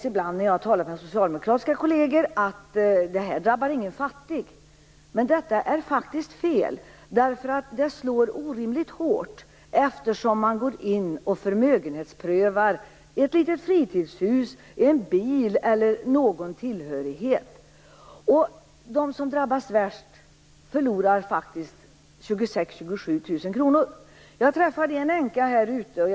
Ibland när jag talar med socialdemokratiska kolleger får jag veta att detta beslut inte drabbar någon fattig. Men detta är faktiskt fel. Det slår orimligt hårt, eftersom man går in och förmögenhetsprövar ett litet fritidshus, en bil eller någon tillhörighet. De som drabbas värst förlorar faktiskt 26 000-27 000 kr. Jag träffade tidigare en änka här utanför.